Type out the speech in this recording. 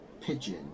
pigeon